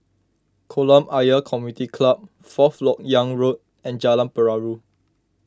Kolam Ayer Community Club Fourth Lok Yang Road and Jalan Perahu